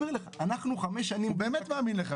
אנחנו חמש שנים במציאות --- הוא באמת מאמין לך,